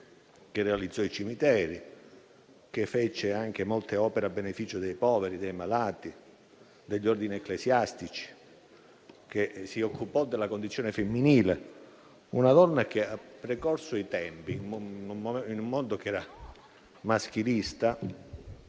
- e i cimiteri, e che fece anche molte opere a beneficio dei poveri, dei malati, degli ordini ecclesiastici e che si occupò della condizione femminile; una donna che ha precorso i tempi, in un mondo maschilista,